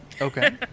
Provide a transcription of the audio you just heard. Okay